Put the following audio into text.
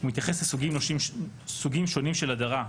הוא מתייחס לסוגים שונים של הדרה.